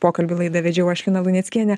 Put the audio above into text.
pokalbį laidą vedžiau aš lina luneckienė